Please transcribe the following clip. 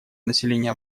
население